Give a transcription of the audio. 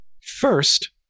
First